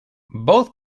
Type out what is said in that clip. both